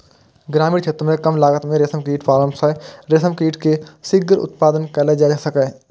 ग्रामीण क्षेत्र मे कम लागत मे रेशम कीट पालन सं रेशम कीट के शीघ्र उत्पादन कैल जा सकैए